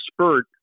spurt